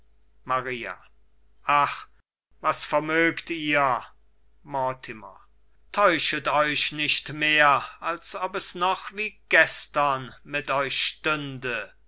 maria ach was vermögt ihr mortimer täuschet euch nicht mehr als ob es noch wie gestern mit euch stünde